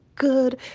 good